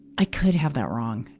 i could have that wrong.